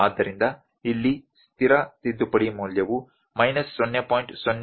ಆದ್ದರಿಂದ ಇಲ್ಲಿ ಸ್ಥಿರ ತಿದ್ದುಪಡಿ ಮೌಲ್ಯವು ಮೈನಸ್ 0